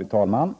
Fru talman!